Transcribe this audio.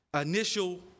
initial